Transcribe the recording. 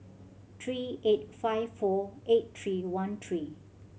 three eight five four eight three one three